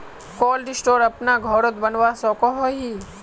Cold store अपना घोरोत बनवा सकोहो ही?